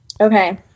Okay